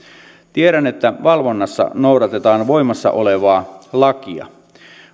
tiedän että valvonnassa noudatetaan voimassa olevaa lakia